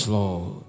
Lord